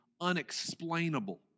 unexplainable